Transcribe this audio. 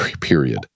period